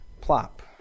plop